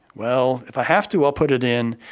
well, if i have to i'll put it in.